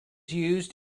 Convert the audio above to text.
used